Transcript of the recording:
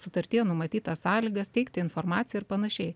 sutartyje numatytas sąlygas teikti informaciją ir panašiai